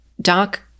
Doc